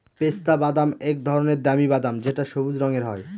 পেস্তা বাদাম এক ধরনের দামি বাদাম যেটা সবুজ রঙের হয়